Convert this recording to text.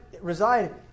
reside